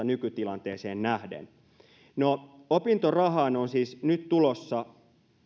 nykytilanteeseen nähden no opintorahaan on siis nyt tulossa